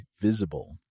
Visible